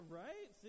right